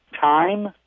time